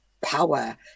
power